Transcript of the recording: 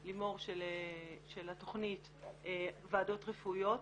של התכנית לימור, ועדות רפואיות,